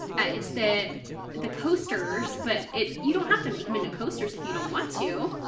it's the the coasters, but it you don't have to make them into coasters if you don't want to.